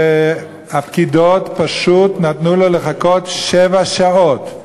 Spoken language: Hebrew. והפקידות פשוט נתנו לו לחכות שבע שעות,